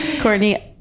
Courtney